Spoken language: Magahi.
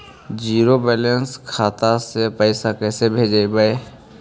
जीरो बैलेंस खाता से पैसा कैसे भेजबइ?